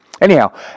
Anyhow